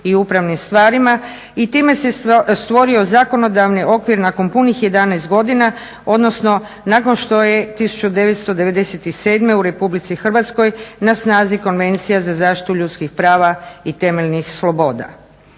i upravnim stvarima i time se stvorio zakonodavni okvir nakon punih 11 godina, odnosno nakon što je 1997. u RH na snazi Konvencija za zaštitu ljudskih prava i temeljnih sloboda.